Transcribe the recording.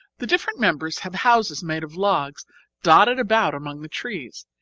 the different members have houses made of logs dotted about among the trees,